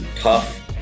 puff